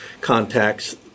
contacts